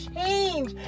change